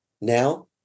Now